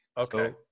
Okay